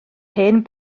hen